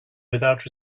without